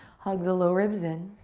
hug the low ribs in.